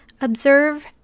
observe